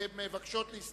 נמנעים.